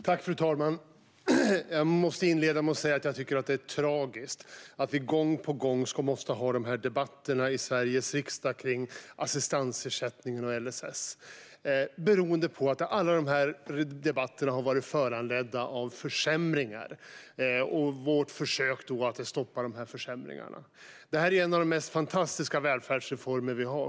Fru talman! Jag måste inleda med att säga att jag tycker att det är tragiskt att vi gång på gång måste ha dessa debatter i Sveriges riksdag kring assistansersättningen och LSS - beroende på att alla dessa debatter har varit föranledda av försämringar och av våra försök att stoppa de försämringarna. Detta är en av de mest fantastiska välfärdsreformer vi har.